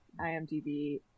IMDb